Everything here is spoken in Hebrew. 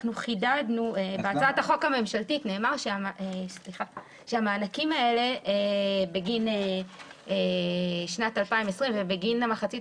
בהצעת החוק הממשלתית נאמר שהמענקים האלה בגין שנת 2020 ובגין המחצית